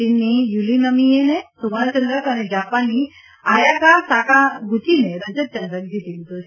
ચીનની યુલીનમીને સુવર્ણચંદ્રક અને જાપાનની અયાકા સાકાગુચીને રજતચંદ્રક જીતી લીધો છે